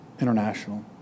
international